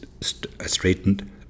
straightened